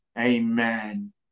amen